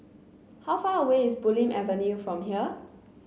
how far away is Bulim Avenue from here